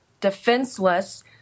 defenseless